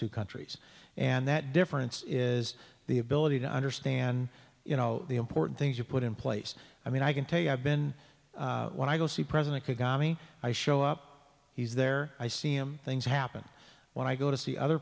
two countries and that difference is the ability to understand you know the important things you put in place i mean i can tell you i've been when i go see president khatami i show up he's there i see him things happen when i go to see other